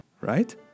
right